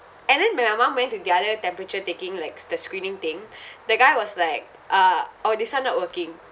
and then when my mum went to the other temperature taking likes the screening thing that guy was like ah orh this [one] not working